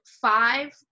five